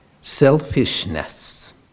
selfishness